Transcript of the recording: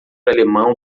alemão